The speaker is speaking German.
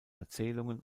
erzählungen